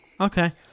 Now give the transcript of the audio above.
Okay